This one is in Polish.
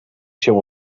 się